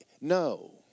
No